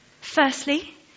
Firstly